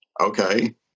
Okay